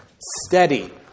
steady